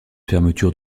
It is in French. fermeture